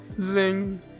Zing